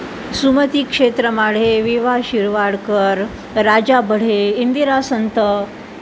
Sumati Kshetramade V V Shirwadkar Raja Badhe Indira Sant